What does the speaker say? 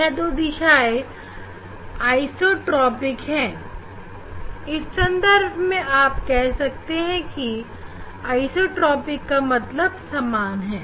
यह दो दिशाएं आइसोट्रॉपिक है इस संदर्भ में आप कह सकते हैं कि आइसोट्रॉपिक का मतलब सामान है